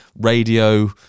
radio